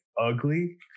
ugly